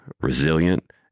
resilient